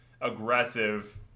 aggressive